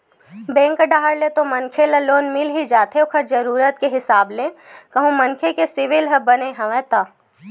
bank डाहर ले तो मनखे ल लोन मिल ही जाथे ओखर जरुरत के हिसाब ले कहूं मनखे के सिविल ह बने हवय ता